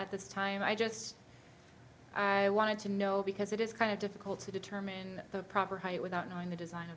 at this time i just i wanted to know because it is kind of difficult to determine the proper height without knowing the design